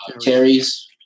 Terry's